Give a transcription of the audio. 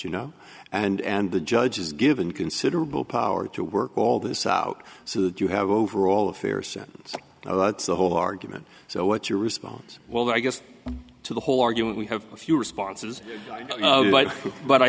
you know and the judge is given considerable power to work all this out so that you have overall a fair sentence that's the whole argument so what's your response well i guess to the whole argument we have a few responses but i